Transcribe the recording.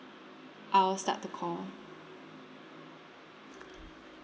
I'll start the call